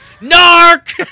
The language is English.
Nark